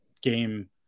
game